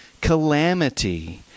calamity